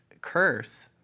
curse